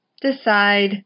decide